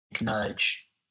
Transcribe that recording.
nudge